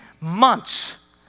months